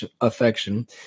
affection